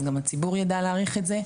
אז גם הציבור ידע להעריך את זה.